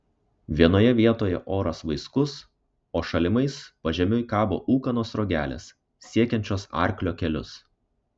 vienoje vietoje oras vaiskus o šalimais pažemiui kabo ūkanos sruogelės siekiančios arklio kelius